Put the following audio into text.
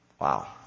Wow